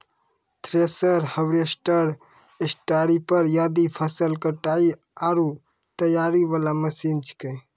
thresher, harvester, stripper आदि फसल कटाई आरो तैयारी वाला मशीन छेकै